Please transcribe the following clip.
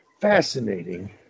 fascinating